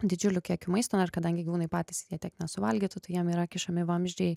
didžiuliu kiekiu maisto ir kadangi gyvūnai patys jie tiek nesuvalgytų jiem yra kišami vamzdžiai